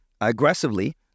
aggressively